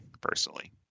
personally